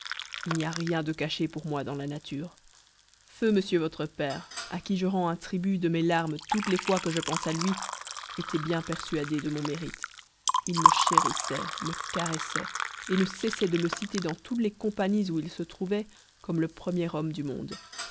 il n'y a rien de caché pour moi dans la nature feu monsieur votre père à qui je rends un tribut de mes larmes toutes les fois que je pense à lui était bien persuadé de mon mérite il me chérissait me caressait et ne cessait de me citer dans toutes les compagnies où il se trouvait comme le premier homme du monde